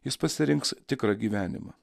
jis pasirinks tikrą gyvenimą